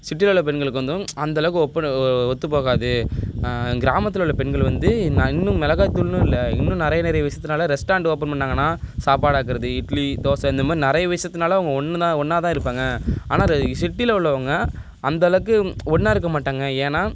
சிட்டியில உள்ள பெண்களுக்கு வந்தும் அந்தளவுக்கு ஒப்பிடு ஒத்துப்போகாது கிராமத்தில் உள்ள பெண்கள் வந்து நான் இன்னும் மிளகாய் தூள்னு இல்லை இன்னும் நிறைய நிறைய விசயத்துனால ரெஸ்டாரெண்ட் ஓப்பன் பண்ணாங்கன்னா சாப்பாடு ஆக்குறது இட்லி தோசை இந்த மாதிரி நிறைய விசயத்துனால அவங்க ஒன்று தான் ஒன்றா தான் இருப்பாங்க ஆனால் ரை சிட்டியில உள்ளவங்க அந்தளவுக்கு ஒன்றா இருக்க மாட்டாங்க ஏன்னா